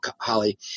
Holly